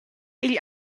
igl